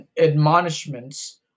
admonishments